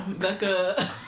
Becca